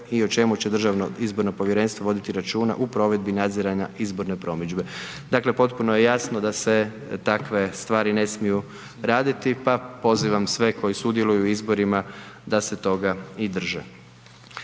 i o čemu će DIP voditi računa u provedbi nadziranja izborne promidžbe. Dakle, potpuno je jasno da se takve stvari ne mogu raditi pa pozivam sve koji sudjeluju u izborima da se toga i drže.